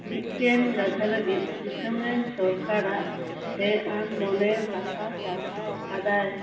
ᱢᱤᱫᱴᱮᱱ ᱜᱟᱫᱷᱟ ᱞᱟᱹᱜᱤᱫ ᱫᱤᱥᱚᱢ ᱨᱮᱱ ᱥᱚᱨᱠᱟᱨᱟᱜ ᱦᱮᱸ ᱟᱱ ᱢᱚᱱᱮᱨ ᱠᱟᱛᱷᱟ ᱥᱟᱨᱦᱟᱣ ᱟᱠᱟᱫᱟᱭ